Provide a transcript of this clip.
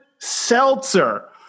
seltzer